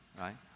right